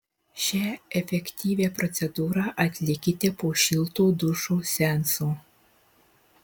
šią efektyvią procedūrą atlikite po šilto dušo seanso